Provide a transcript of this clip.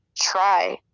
try